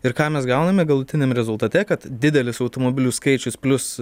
ir ką mes gauname galutiniam rezultate kad didelis automobilių skaičius plius